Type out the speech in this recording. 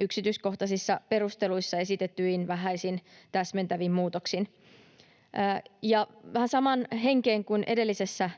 yksityiskohtaisissa perusteluissa esitetyin vähäisin täsmentävin muutoksin. Ja vähän samaan henkeen kuin edellisessä